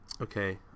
Okay